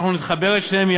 אנחנו נחבר את שתיהן.